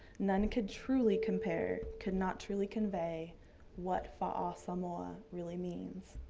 none could truly compare, could not truly convey what fa'asamoa really means.